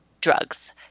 drugs